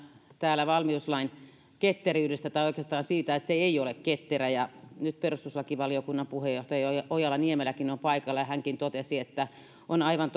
täällä valmiuslain ketteryydestä tai oikeastaan siitä että se ei ei ole ketterä nyt perustuslakivaliokunnan puheenjohtaja ojala niemeläkin on paikalla ja hänkin totesi että on aivan